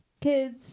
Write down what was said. kids